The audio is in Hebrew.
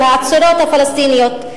של העצורות הפלסטיניות.